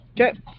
Okay